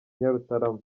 nyarutarama